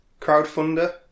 crowdfunder